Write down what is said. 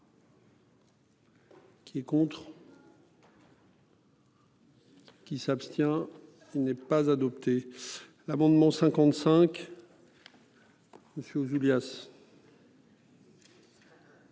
Qui est contre. Qui s'abstient. Il n'est pas adopté. L'amendement 55. Monsieur Ouzoulias.